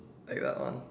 like that lah